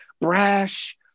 brash